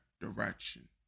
direction